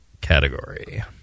category